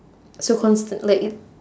so constant like y~